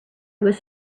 was